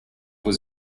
was